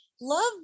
love